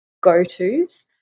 go-tos